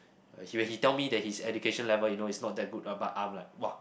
uh he he'll tell me that his education level you know is not that good lah but I'm like !wah!